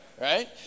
right